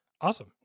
Awesome